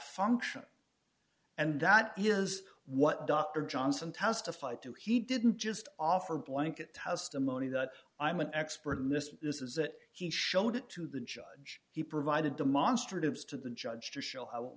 function and that is what dr johnson testified to he didn't just offer blanket testimony that i'm an expert in this this is that he showed it to the judge he provided demonstratives to the judge to show